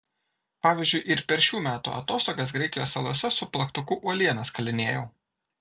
pavyzdžiui ir per šių metų atostogas graikijos salose su plaktuku uolienas kalinėjau